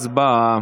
הצבעה.